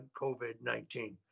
COVID-19